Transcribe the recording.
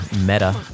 meta